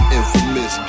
Infamous